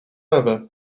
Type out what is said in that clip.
ewy